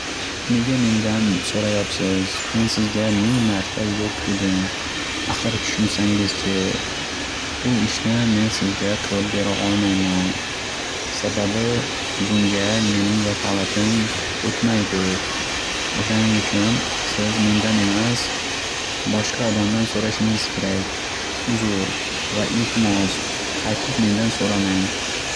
Nega mendan so'rayapsiz, men sizga ming marta yo'q dedim, ahir tushunsangizchi, bu ishni men sizga qilib bera olmayman. Sababi, bunga mening vakolatim o'tmaydi. O'shaning uchun siz mendan emas boshqa odamdan so'rashingiz kerak, uzur va iltimos qaytib mendan so'ramang.